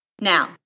Now